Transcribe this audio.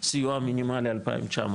הסיוע המינימלי 2,900,